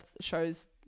shows